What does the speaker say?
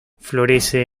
florece